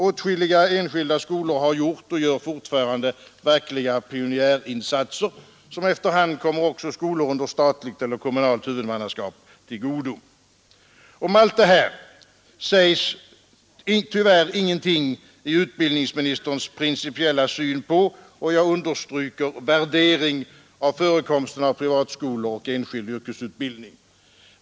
Åtskilliga enskilda skolor har gjort och gör fortfarande verkliga pionjärinsatser som efter hand kommer också skolor under statligt eller kommunalt huvudmannaskap till godo. Om allt detta sägs tyvärr ingenting i utbildningsministerns principiella syn på och — jag understryker — värdering av förekomsten av privatskolor och enskild yrkesutbildning.